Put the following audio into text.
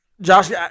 Josh